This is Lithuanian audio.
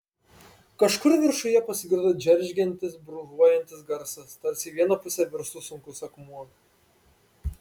kažkur viršuje pasigirdo džeržgiantis brūžuojantis garsas tarsi į vieną pusę virstų sunkus akmuo